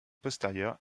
postérieures